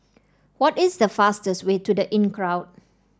what is the fastest way to The Inncrowd